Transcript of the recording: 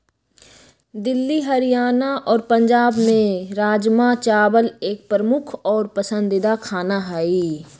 दिल्ली हरियाणा और पंजाब में राजमा चावल एक प्रमुख और पसंदीदा खाना हई